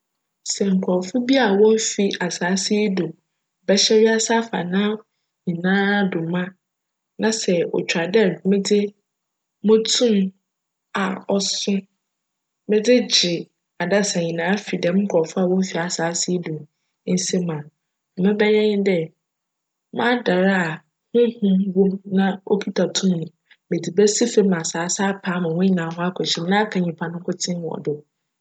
Sj nkorcfo bi a wommfi asaase yi do, bjhyj wiadze afaana nyinaa do ma, na sj otwar dj medze mo tum a cso medze gye adasa nyinara fi djm nkorcfo a wommfi asaase yi do nsa mu a, ma mebjyj nye dj, m'adar a honhom wc mu na okitsa tum no, me dze besi famu ma asaase apae ma hcn nyinara akjhyj famu na aka nyimpa no nkotsee wc do.